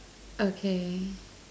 okay